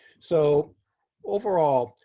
so overall,